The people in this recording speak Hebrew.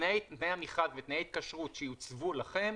תנאי המכרז ותנאי ההתקשרות שיוצבו לכם,